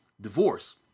divorce